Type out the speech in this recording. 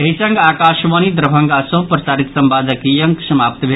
एहि संग आकाशवाणी दरभंगा सँ प्रसारित संवादक ई अंक समाप्त भेल